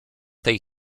tej